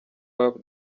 hop